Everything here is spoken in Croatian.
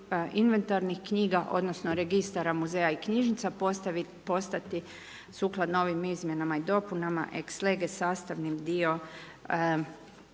inventarnih knjiga, odnosno, registara muzeja i knjižnica, postati sukladno ovim izmjenama i dopunama …/Govornik se